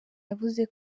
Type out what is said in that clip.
yavuze